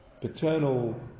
paternal